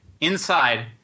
inside